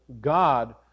God